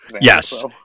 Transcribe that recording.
yes